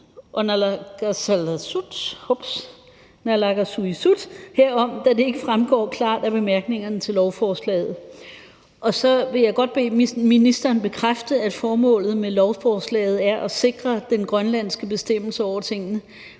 og naalakkersuisut herom, da det ikke fremgår klart af bemærkningerne til lovforslaget. Og så vil jeg godt bede ministeren bekræfte, at formålet med lovforslaget er at sikre den grønlandske bestemmelse over tingene,